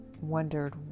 wondered